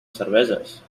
cerveses